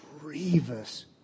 grievous